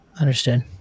Understood